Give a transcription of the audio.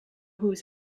whose